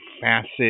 facet